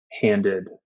handed